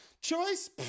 Choice